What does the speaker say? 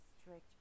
strict